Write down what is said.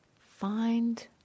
find